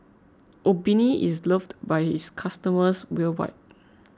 Obimin is loved by its customers worldwide